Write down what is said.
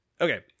Okay